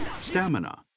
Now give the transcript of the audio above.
Stamina